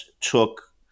took